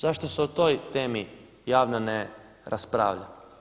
Zašto se o toj temi javno ne raspravlja?